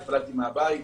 התפללתי מהבית.